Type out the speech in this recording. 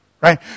right